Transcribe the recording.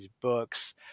books